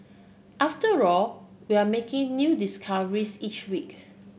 after all we're making new discoveries each week